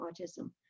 autism